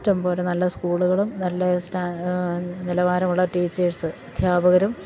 ഇഷ്ടം പോലെ നല്ല സ്കൂളുകളും നല്ല സ്റ്റാ നിലവാരമുള്ള ടീച്ചേഴ്സ് അദ്ധ്യാപകരും